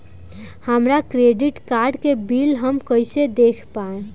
हमरा credit card के bill हम कइसे देख पाएम?